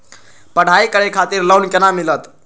पढ़ाई करे खातिर लोन केना मिलत?